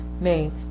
name